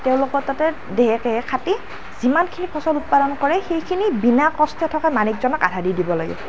তেওঁলোকৰ তাতে দেহে কেহে খাটি যিমানখিনি ফচল উৎপাদন কৰে সেইখিনি বিনা কষ্ট থকা মালিকজনক আধা দি দিব লাগে